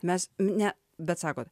mes ne bet sakot